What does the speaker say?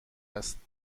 است